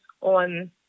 on